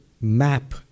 map